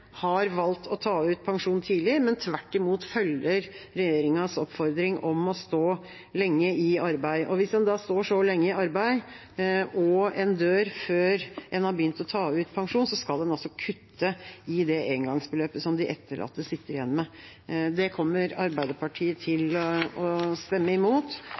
har valgt å ta ut pensjon tidlig, men tvert imot følger regjeringas oppfordring om å stå lenge i arbeid. Hvis en da står så lenge i arbeid og en dør før en har begynt å ta ut pensjon, skal det altså kuttes i det engangsbeløpet som de etterlatte sitter igjen med. Det kommer Arbeiderpartiet til å stemme imot.